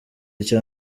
icya